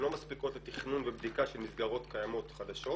לא מספיקות לתכנון ובדיקה של מסגרות קיימות חדשות